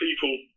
people